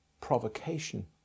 provocation